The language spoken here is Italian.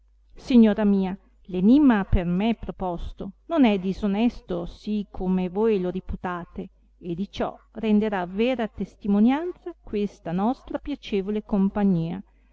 signora mia l enimma per me proposto non è disonesto sì come voi lo riputate e di ciò renderà vera testimonianza questa nostra piacevole compagnia